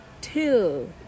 Till